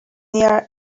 near